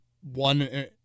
one